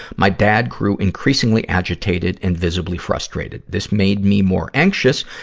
my dad grew increasingly agitated and visibly frustrated. this made me more anxious,